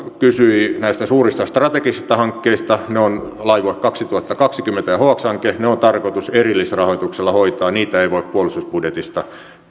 kysyi näistä suurista strategisista hankkeista ne ovat laivue kaksituhattakaksikymmentä ja hx hanke ne on tarkoitus erillisrahoituksella hoitaa niitä ei voi puolustusbudjetista